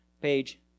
page